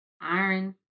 iron